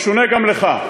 משונה גם לך.